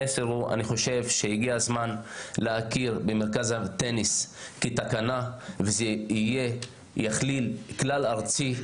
אני חושב שהגיע הזמן להכיר במרכז הטניס כתקנה וזה יהיה כלל ארצי.